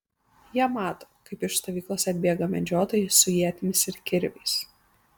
jie mato kaip iš stovyklos atbėga medžiotojai su ietimis ir kirviais